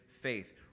faith